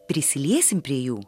prisiliesim prie jų